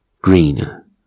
greener